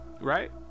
right